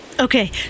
Okay